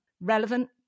relevant